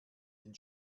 den